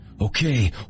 Okay